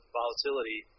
volatility